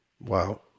Wow